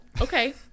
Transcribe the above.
okay